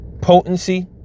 potency